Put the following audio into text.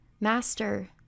Master